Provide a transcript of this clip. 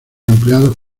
empleados